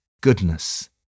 goodness